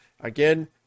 Again